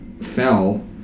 fell